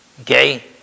Okay